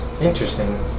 Interesting